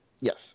Yes